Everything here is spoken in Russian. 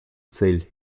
цель